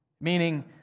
Meaning